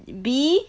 B